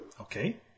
Okay